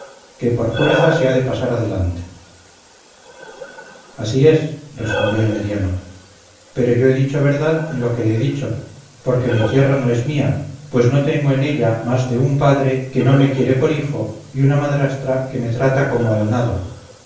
que por fuerza se ha de pasar adelante así es respondió el mediano pero yo he dicho verdad en lo que he dicho porque mi tierra no es mía pues no tengo en ella más de un padre que no me tiene por hijo y una madrastra que me trata como alnado